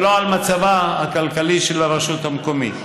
ולא על מצבה הכלכלי של הרשות המקומית.